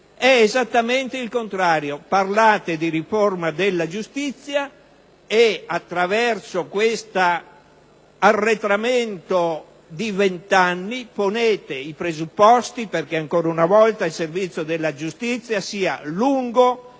È esattamente il contrario. Parlate di riforma della giustizia e attraverso questo arretramento di vent'anni ponete i presupposti perché ancora una volta il servizio della giustizia sia lungo,